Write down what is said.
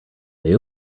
they